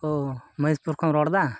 ᱚᱻ ᱢᱚᱦᱮᱥᱯᱩᱨ ᱠᱷᱚᱱ ᱮᱢ ᱨᱚᱲᱫᱟ